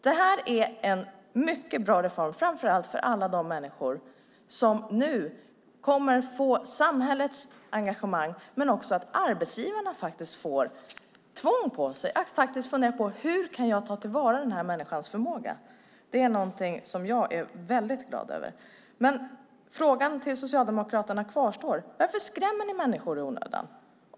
Detta är en mycket bra reform, framför allt för alla de människor som nu kommer att få samhällets engagemang men också för att arbetsgivarna faktiskt får ett tvång på sig att fundera på hur de kan ta till vara människors förmåga. Det är någonting som jag är väldigt glad över. Men frågan till Socialdemokraterna kvarstår: Varför skrämmer ni människor i onödan?